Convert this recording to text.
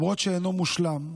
למרות שאינו מושלם,